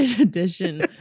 edition